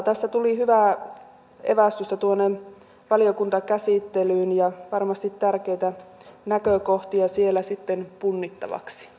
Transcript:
tässä tuli hyvää evästystä tuonne valiokuntakäsittelyyn ja varmasti tärkeitä näkökohtia siellä sitten punnittavaksi